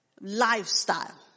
lifestyle